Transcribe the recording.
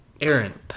Aaron